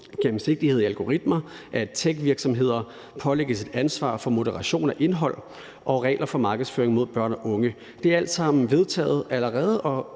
gennemsigtighed i algoritmer, og at techvirksomheder pålægges et ansvar for moderation af indhold og regler for markedsføring mod børn og unge. Det er alt sammen vedtaget allerede